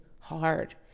hard